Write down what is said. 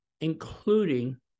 including